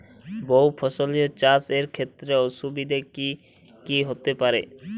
বহু ফসলী চাষ এর ক্ষেত্রে অসুবিধে কী কী হতে পারে?